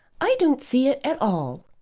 i don't see it at all.